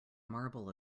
marble